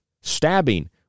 stabbing